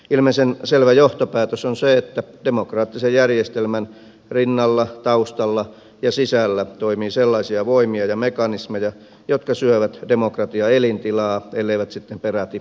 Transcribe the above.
ilmeisen selvä johtopäätös on se että demokraattisen järjestelmän rinnalla taustalla ja sisällä toimii sellaisia voimia ja mekanismeja jotka syövät demokratian elintilaa elleivät sitten peräti alista sitä